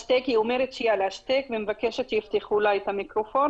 פלורנטין, בנוגע לאלימות במשפחה.